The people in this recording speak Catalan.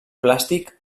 plàstic